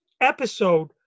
episode